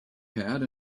pad